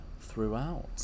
Throughout